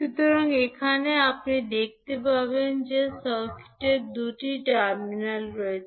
সুতরাং এখানে আপনি দেখতে পাবেন যে সার্কিটের দুটি টার্মিনাল রয়েছে